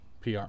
PR